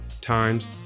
times